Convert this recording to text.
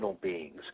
beings